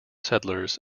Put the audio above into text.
settlers